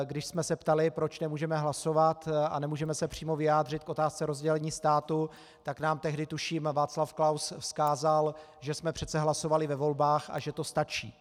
Když jsme se ptali, proč nemůžeme hlasovat a nemůžeme se přímo vyjádřit k otázce rozdělení státu, tak nám tehdy, tuším, Václav Klaus vzkázal, že jsme přece hlasovali ve volbách a že to stačí.